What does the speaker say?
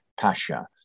Pasha